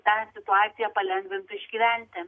tą situaciją palengvintų išgyventi